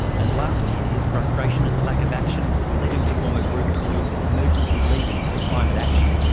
and last year his frustration at the lack of action led him to form a group called emergency leaders for climate action.